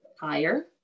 higher